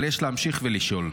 אבל יש להמשיך ולשאול: